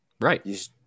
Right